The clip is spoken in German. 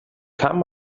kann